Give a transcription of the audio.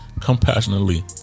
compassionately